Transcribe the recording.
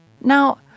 Now